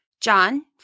John